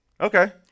Okay